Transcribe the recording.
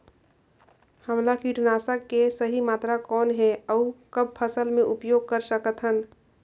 हमला कीटनाशक के सही मात्रा कौन हे अउ कब फसल मे उपयोग कर सकत हन?